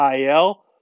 IL